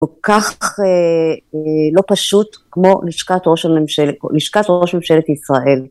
כל כך לא פשוט כמו לשכת ראש ממשלת ישראל.